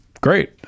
great